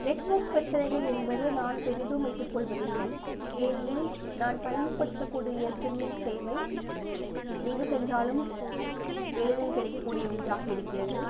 network பிரச்சனைகள் என்பது நான் பெரிதும் எதிர்கொள்வது இல்லை ஏனெனில் நான் பயன்படுத்தக்கூடிய சிம்மின் சேவை எங்கு சென்றாலும் எளிதில் கிடைக்கக்கூடிய ஒன்றாக இருக்கிறது